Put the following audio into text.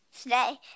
Today